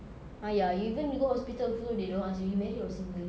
ah ya even you go hospital also they don't ask you you married or single